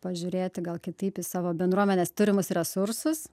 pažiūrėti gal kitaip į savo bendruomenės turimus resursus